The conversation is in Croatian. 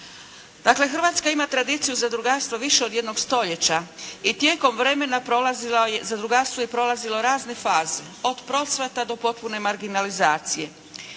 Dakle, Hrvatska ima tradiciju zadrugarstva više od jednog stoljeća i tijekom vremena zadrugarstvo je prolazilo razne faze, od procvata do potpune marginalizacije.